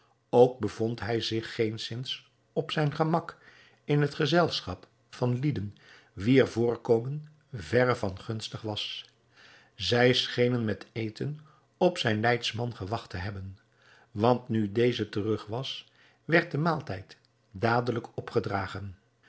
ook bevond hij zich geenszins op zijn gemak in het gezelschap van lieden wier voorkomen verre van gunstig was zij schenen met eten op zijn leidsman gewacht te hebben want nu deze terug was werd de maaltijd dadelijk opgedragen